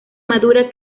madura